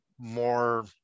more